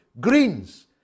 Greens